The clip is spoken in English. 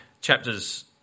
Chapters